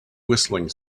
whistling